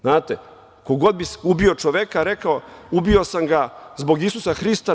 Znate, ko god bi ubio čoveka, rekao bi – ubio sam ga zbog Isusa Hrista.